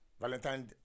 Valentine